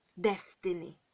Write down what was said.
destiny